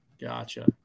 Gotcha